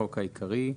החוק העיקרי),